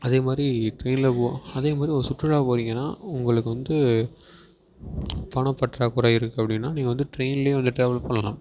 அதே மாதிரி ட்ரெயினில் போகிறோ அதே மாதிரி ஒரு சுற்றுலா போறிங்கன்னால் உங்களுக்கு வந்து பணம் பற்றாக்குறை இருக்குது அப்படின்னா நீங்கள் வந்து ட்ரெயின்லையே வந்து ட்ராவல் பண்ணலாம்